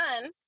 done